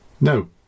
no